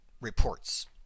reports